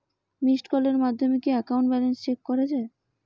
Missed কলের মাধ্যমে কি একাউন্ট ব্যালেন্স চেক করা যায়?